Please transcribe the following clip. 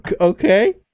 Okay